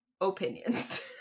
opinions